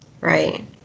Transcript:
right